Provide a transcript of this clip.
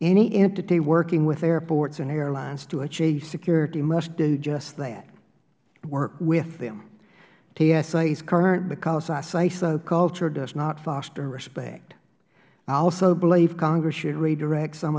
any entity working with airports and airlines to achieve security must do just that work with them tsa's current because i say so culture does not foster respect i also believe congress should redirect some